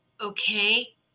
Okay